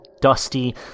dusty